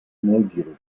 neugierige